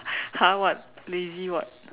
!huh! what lazy what